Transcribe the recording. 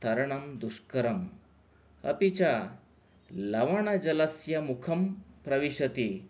तरणं दुष्करम् अपि च लवणजलस्य मुखं प्रविशति